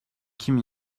kim